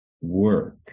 work